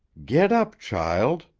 get up, child,